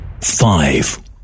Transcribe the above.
Five